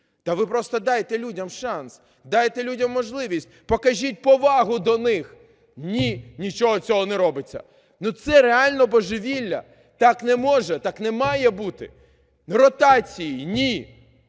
та ви просто дайте людям шанс, дайте людям можливість, покажіть повагу до них. Ні, нічого цього не робиться. Це реально божевілля, так не може, так немає бути. Ротації – ні,